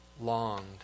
longed